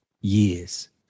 years